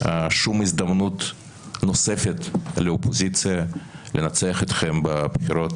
שום הזדמנות נוספת לאופוזיציה לנצח אתכם בבחירות